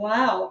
Wow